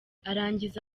arangiza